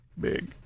Big